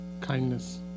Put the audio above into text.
kindness